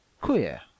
Queer